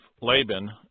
Laban